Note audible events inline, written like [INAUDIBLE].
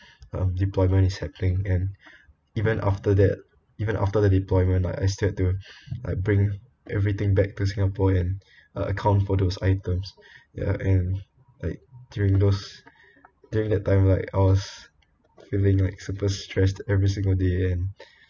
um deployment is and [BREATH] even after that even after the deployment I still had to [BREATH] like bring everything back to singapore and [BREATH] uh account for those items ya and like during those [BREATH] during that time like I was feeling like super stressed every single day and [BREATH]